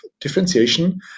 differentiation